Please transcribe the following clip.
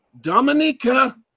Dominica